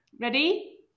ready